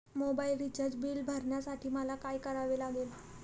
Mobile recharge bill भरण्यासाठी मला काय करावे लागेल?